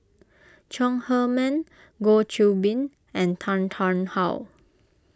Chong Heman Goh Qiu Bin and Tan Tarn How